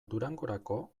durangorako